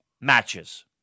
matches